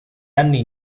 anni